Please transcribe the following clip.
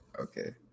Okay